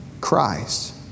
Christ